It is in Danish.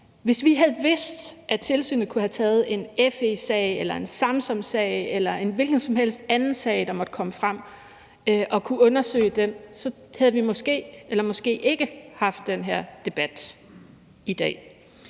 Hvis vi kunne havde vidst, at tilsynet kunne have taget en FE-sag eller en Samsamsag eller en hvilken som helst anden sag, der måtte komme frem, og undersøge den, så havde vi måske ikke haft den her debat i dag.